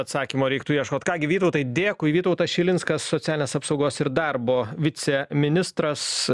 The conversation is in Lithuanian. atsakymo reiktų ieškot ką gi vytautai dėkui vytautas šilinskas socialinės apsaugos ir darbo viceministras